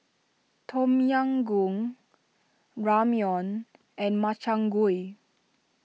Tom Yam Goong Ramyeon and Makchang Gui